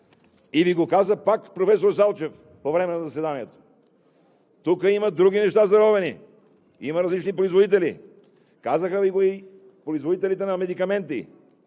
И Ви го каза пак професор Салчев по време на заседанието. Тук има други неща заровени, има различни производители. Казаха Ви го и производителите на медикаменти: